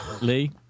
Lee